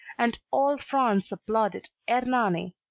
and all france applauded ernani.